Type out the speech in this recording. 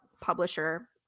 publisher